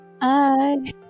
Bye